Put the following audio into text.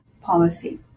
policy